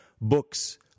books